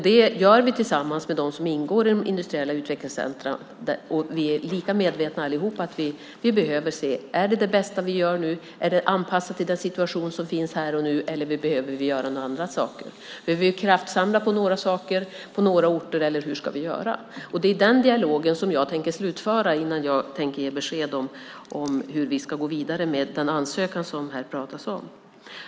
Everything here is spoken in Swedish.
Det gör vi tillsammans med dem som ingår i de industriella utvecklingscentrumen. Vi är alla lika medvetna om att vi behöver titta på om det är det bästa vi gör, om det är anpassat till situationen här och nu eller om vi behöver göra andra saker. Behöver vi kraftsamla för några saker på några orter, eller hur ska vi göra? Den dialogen tänker jag slutföra innan jag ger besked om hur vi ska gå vidare med den ansökan som det pratas om.